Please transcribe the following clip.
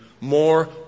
more